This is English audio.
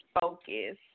focus